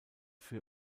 für